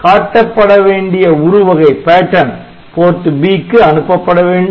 காட்டப்பட வேண்டிய உரு வகை PORT B க்கு அனுப்பப்பட வேண்டும்